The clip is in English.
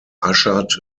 ushered